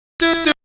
do